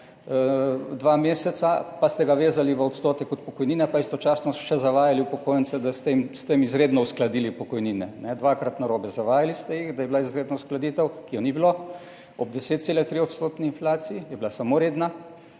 dva meseca, pa ste ga vezali v odstotek od pokojnine in istočasno še zavajali upokojence, da ste jim s tem izredno uskladili pokojnine. Dvakrat narobe. Zavajali ste jih, da je bila izredna uskladitev, ki je ni bilo, ob 10,3-odstotni inflaciji, bila je samo redna.